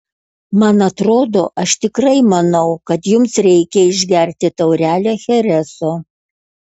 man atrodo aš tikrai manau kad jums reikia išgerti taurelę chereso